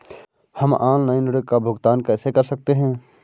हम ऑनलाइन ऋण का भुगतान कैसे कर सकते हैं?